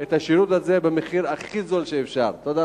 את השירות הזה במחיר הזול ביותר האפשרי.